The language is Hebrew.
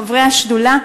חברי השדולה,